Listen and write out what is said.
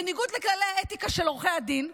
בניגוד לכללי האתיקה של עורכי הדין,